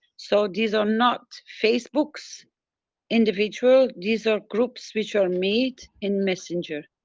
so, these are not facebook's individual, these are groups, which are made in messenger.